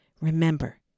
Remember